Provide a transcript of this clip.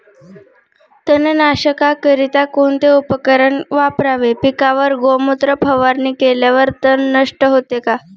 तणनाशकाकरिता कोणते उपकरण वापरावे? पिकावर गोमूत्र फवारणी केल्यावर तण नष्ट होते का?